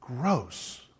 Gross